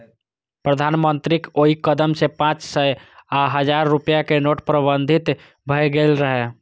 प्रधानमंत्रीक ओइ कदम सं पांच सय आ हजार रुपैया के नोट प्रतिबंधित भए गेल रहै